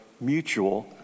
mutual